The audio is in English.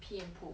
pee and poop